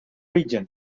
region